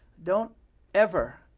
don't ever,